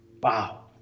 Wow